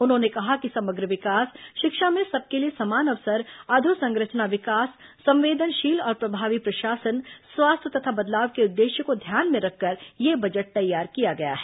उन्होंने कहा कि समग्र विकास शिक्षा में सबके लिए समान अवसर अधोसंरचना विकास संवेदनशील और प्रभावी प्रशासन स्वास्थ्य तथा बदलाव के उद्देश्य को ध्यान में रखकर यह बजट तैयार किया गया है